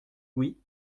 oui